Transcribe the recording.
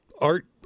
art